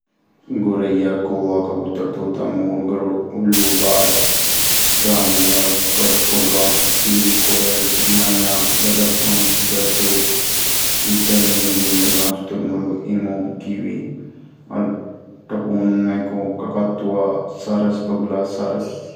बतख, हंस मोर तोता, घिंडूडि, बगुला, कोयल, बुलबुल, गरूड, सिंटूल,